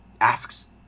asks